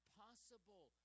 possible